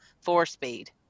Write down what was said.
four-speed